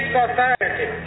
society